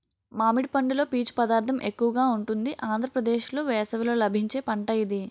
మామిడి పండులో పీచు పదార్థం ఎక్కువగా ఉంటుంది ఆంధ్రప్రదేశ్లో వేసవిలో లభించే పంట ఇది